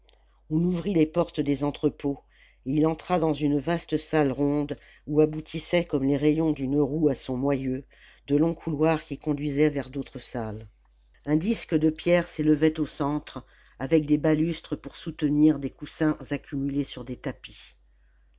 on ouvrit les portes des entrepôts et il entra dans une vaste salle ronde où aboutissaient comme les rayons d'une roue à son moyeu de longs couloirs qui conduisaient vers d'autres salles un disque de pierre s'élevait au centre avec des balustres pour soutenir des coussins accumulés sur des tapis